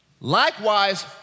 Likewise